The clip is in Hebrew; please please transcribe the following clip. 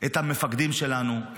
את המפקדים שלנו,